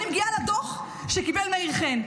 אני מגיעה לדוח שקיבל מאיר חן.